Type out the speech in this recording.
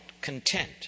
content